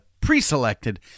pre-selected